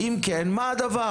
אם כן מה הדבר?